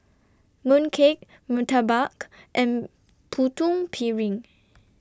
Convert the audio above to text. Mooncake Murtabak and Putu Piring